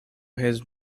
his